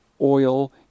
oil